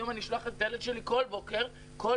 היום אני שולחת את הילד שלי בכל בוקר בכל